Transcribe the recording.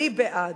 אני בעד.